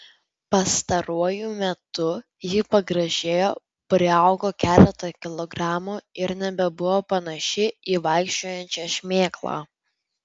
pastaruoju metu ji pagražėjo priaugo keletą kilogramų ir nebebuvo panaši į vaikščiojančią šmėklą